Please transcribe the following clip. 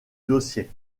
dossier